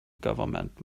government